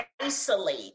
isolate